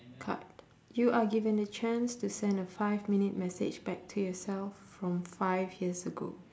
card you are given a chance to send a five minute message back to yourself from five years ago